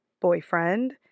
boyfriend